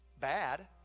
bad